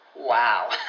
Wow